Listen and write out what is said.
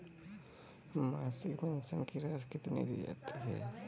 मासिक पेंशन की राशि कितनी दी जाती है?